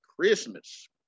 Christmas